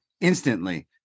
instantly